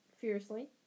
fiercely